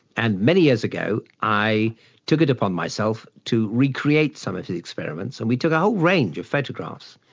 and many years ago i took it upon myself to recreate some of his experiments, and we took um a range of photographs,